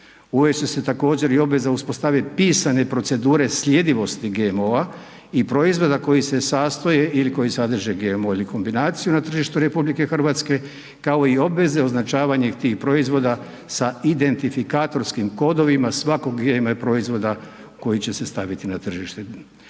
Uvest će se također i obveza uspostavljanja pisane procedure sljedivosti GMO-a i proizvoda koji se sastoje ili koji sadrže GMO ili kombinaciju na tržištu RH, kao i obveze označavanja tih proizvoda sa identifikatorskim kodovima svakog GMO proizvoda koji će se staviti na tržište. Dodatno